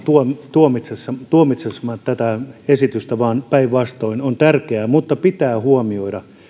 tuomitsemassa tuomitsemassa tätä esitystä vaan päinvastoin se on tärkeä mutta pitää huomioida että